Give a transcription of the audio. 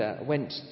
went